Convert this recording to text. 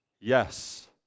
yes